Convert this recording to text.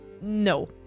no